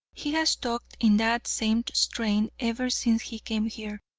he has talked in that same strain ever since he came here.